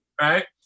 Right